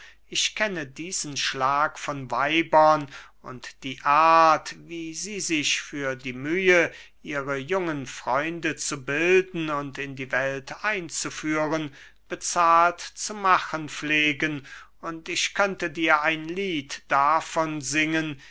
ich kenne diesen schlag von weibern und die art wie sie sich für die mühe ihre jungen freunde zu bilden und in die welt einzuführen bezahlt zu machen pflegen und ich könnte dir ein lied davon singen